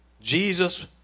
Jesus